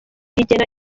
rigena